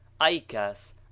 Aikas